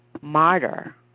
martyr